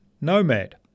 nomad